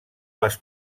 les